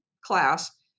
class